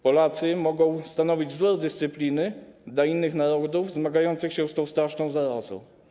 Polacy mogą stanowić wzór dyscypliny dla innych narodów zmagających się z tą straszną zarazą.